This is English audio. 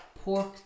pork